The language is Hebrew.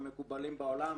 הם מקובלים בעולם,